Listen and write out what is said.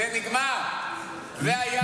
זה נגמר, זה היה אז.